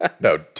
No